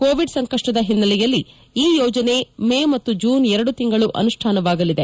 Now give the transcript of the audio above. Covid ಸಂಕಷ್ಟದ ಹಿನ್ನೆಲೆಯಲ್ಲಿ ಈ ಯೋಜನೆ ಮೇ ಮತ್ತು ಜೂನ್ ಎರಡು ತಿಂಗಳು ಅನುಷ್ಣಾನವಾಗಲಿದೆ